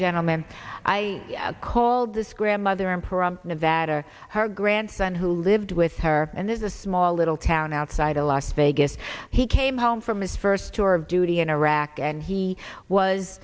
gentleman i called this grandmother and parum nevada her grandson who lived with her and there's a small little town outside of las vegas he came home from his first tour of duty in iraq and he was